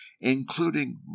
including